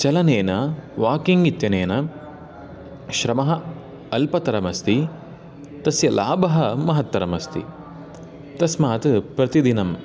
चलनेन walking इत्यनेन श्रमः अल्पतरमस्ति तस्य लाभः महत्तरम् अस्ति तस्मात् प्रतिदिनम्